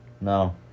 No